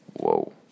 Whoa